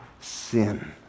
sin